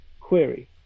query